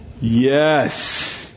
Yes